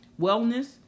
wellness